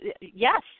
Yes